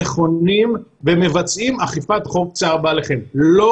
נכונים ומבצעים אכיפת חוק צער בעלי חיים.